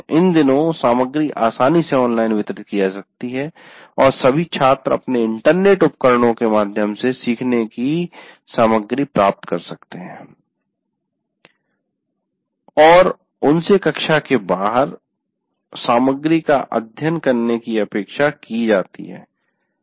इन दिनों सामग्री आसानी से ऑनलाइन वितरित की जा सकती है और सभी छात्रों अपने इंटरनेट उपकरणों के माध्यम से सीखने की सामग्री प्राप्त कर सकते है और उनसे कक्षा के बाहर सामग्री का अध्ययन करने की अपेक्षा की जाती है